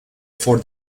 for